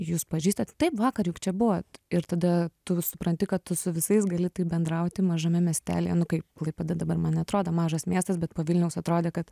jūs pažįstat taip vakar juk čia buvot ir tada tu supranti kad tu su visais gali taip bendrauti mažame miestelyje nu kaip klaipėda dabar man neatrodo mažas miestas bet po vilniaus atrodė kad